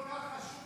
חברת הכנסת